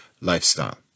lifestyle